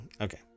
okay